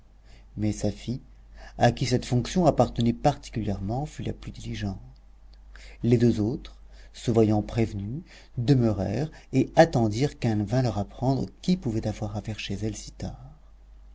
mais safie à qui cette fonction appartenait particulièrement fut la plus diligente les deux autres se voyant prévenues demeurèrent et attendirent qu'elle vînt leur apprendre qui pouvait avoir affaire chez elles si tard